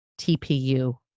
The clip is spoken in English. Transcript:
TPU